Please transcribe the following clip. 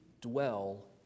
dwell